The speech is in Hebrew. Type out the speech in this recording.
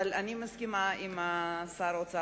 אני מסכימה עם שר האוצר,